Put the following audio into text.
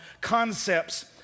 concepts